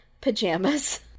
pajamas